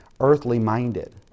earthly-minded